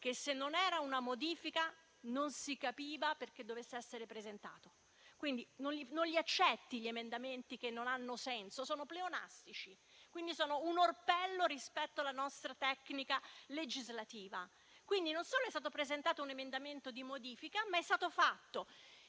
che, se non era una modifica, non si capiva perché dovesse essere presentata. Non accetti emendamenti che non hanno senso, sono pleonastici, un orpello rispetto alla nostra tecnica legislativa. Quindi, non solo è stato presentato un emendamento di modifica, ma è stato fatto